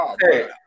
Hey